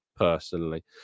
personally